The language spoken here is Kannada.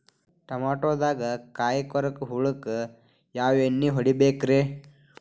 ಟಮಾಟೊದಾಗ ಕಾಯಿಕೊರಕ ಹುಳಕ್ಕ ಯಾವ ಎಣ್ಣಿ ಹೊಡಿಬೇಕ್ರೇ?